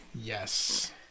Yes